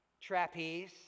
trapeze